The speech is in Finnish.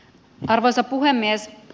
arvoisa puhemies